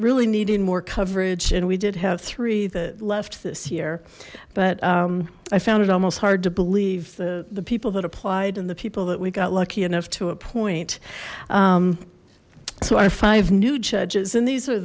really needing more coverage and we did have three the left this year but i found it almost hard to believe the people that applied and the people that we got lucky enough to a point so our five new judges and these are